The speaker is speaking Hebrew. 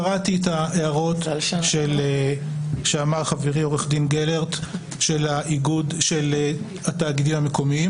קראתי את ההערות שאמר חברי עורך דין גלרט של התאגידים המקומיים.